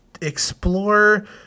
explore